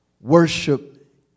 worship